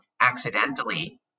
accidentally